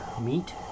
meat